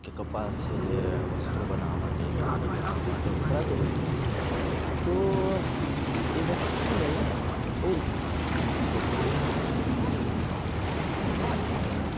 કે કપાસ છે જે વસ્ત્રો બનાવવા માટે કે કાગળ બનાવવા માટે વપરાતું હોય તો એ વસ્તુ છે તો કહેવાયને કે જરૂરિયાતો છે અને